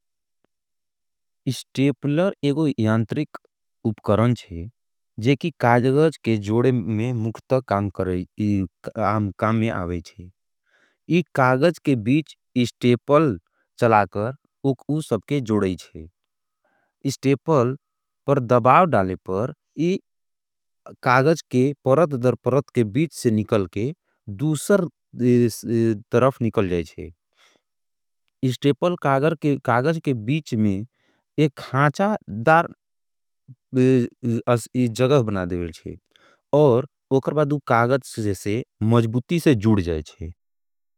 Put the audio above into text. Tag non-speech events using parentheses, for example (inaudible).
स्टेपलर एगो यांतरिक उपकरण शे, जेकि काज़गज के जोड़े में मुखत काम (hesitation) करे, काम में आवेशे। इक काज़ के बीच स्टेपल चलाकर उसके जोड़ेशे। स्टेपल पर दबाव डाले पर, (hesitation) काज़ के परत दरपरत के बीच से निकल के, दूसर (hesitation) तरफ निकल जाएचे। स्टेपल काज़ के बीच में एक खाचा (hesitation) दर जगव बना देवल छे। और उकरबादु काज़ से मजबुति से जुड़ जाएचे।